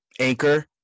Anchor